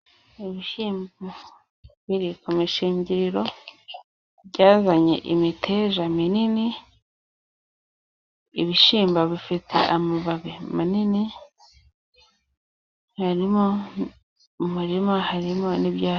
Ibishyimbo biri ku mishingiriro， byazanye imiteja minini， ibishyimbo bifite amababi manini，harimo mu muririma, harimo n'ibyatsi.